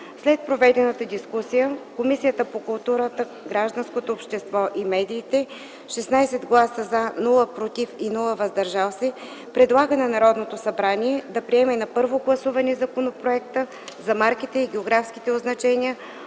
След проведената дискусия Комисията по културата, гражданското общество и медиите с 16 гласа „за”, без „против” и „въздържали се” предлага на Народното събрание да приеме на първо гласуване Законопроект за изменение и допълнение на